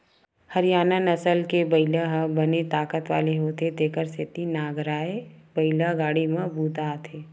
हरियाना नसल के बइला ह बने ताकत वाला होथे तेखर सेती नांगरए बइला गाड़ी म बूता आथे